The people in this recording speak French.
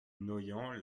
noyant